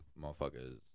motherfuckers